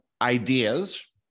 Ideas